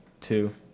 two